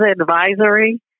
advisory